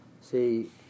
See